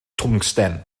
twngsten